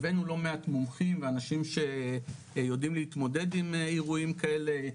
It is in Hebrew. הבאנו לא מעט מומחים ואנשים שיודעים להתמודד עם אירועים כאלה,